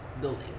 building